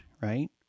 right